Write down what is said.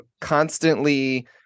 constantly